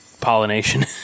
pollination